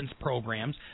programs